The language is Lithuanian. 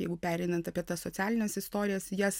jeigu pereinant apie tas socialines istorijas jas